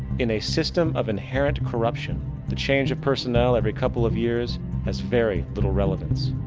in a system of inherent corruption the change of personnel every couple of years has very little relevance.